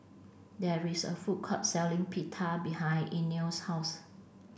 there is a food court selling Pita behind Inell's house